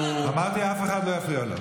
אמרתי שאף אחד לא יפריע לו.